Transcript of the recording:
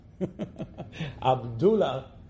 Abdullah